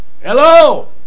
Hello